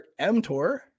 mTOR